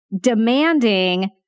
demanding